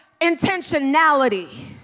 intentionality